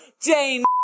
Jane